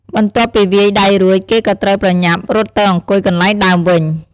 បន្ទាប់ពីវាយដៃរួចគេក៏ត្រូវប្រញាប់រត់ទៅអង្គុយកន្លែងដើមវិញ។